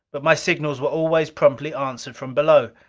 but my signals were always promptly answered from below.